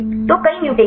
तो कई म्यूटेशन हैं